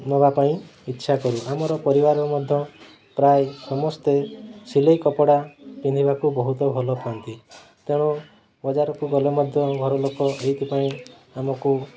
ନବା ପାଇଁ ଇଚ୍ଛା କରୁ ଆମର ପରିବାର ମଧ୍ୟ ପ୍ରାୟ ସମସ୍ତେ ସିଲେଇ କପଡ଼ା ପିନ୍ଧିବାକୁ ବହୁତ ଭଲ ପାଆନ୍ତି ତେଣୁ ବଜାରକୁ ଗଲେ ମଧ୍ୟ ଘରଲୋକ ଏଇଥିପାଇଁ ଆମକୁ